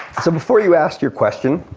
so before you ask your question,